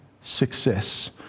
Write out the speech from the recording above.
success